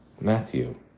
Matthew